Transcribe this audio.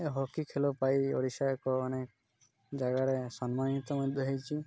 ଏ hockey ଖେଳ ପାଇଁ ଓଡ଼ିଶା ଏକ ଅନେକ ଜାଗାରେ ସମ୍ମାନିତ ମଧ୍ୟ ହେଇଛି